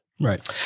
Right